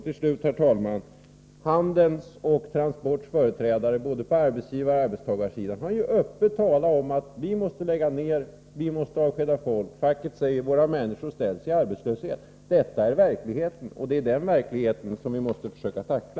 Till slut: Handels och Transports företrädare på både arbetsgivaroch arbetstagarsidan har öppet talat om att ”vi måste lägga ner, vi måste avskeda folk”. Facket säger: Våra människor ställs ut i arbetslöshet. Sådan är verkligheten. Det är den verkligheten som vi måste försöka tackla.